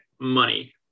money